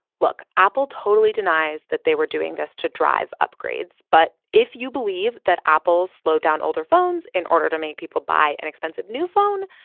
look. apple totally denies that they were doing this to drive upgrades. but if you believe that apple slowed down older phones in order to make people buy an expensive new phone,